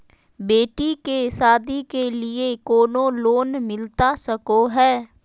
बेटी के सादी के लिए कोनो लोन मिलता सको है?